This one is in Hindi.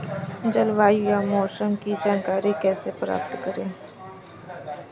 जलवायु या मौसम की जानकारी कैसे प्राप्त करें?